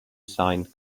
signed